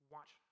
Watch